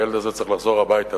והילד הזה צריך לחזור הביתה.